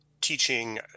teaching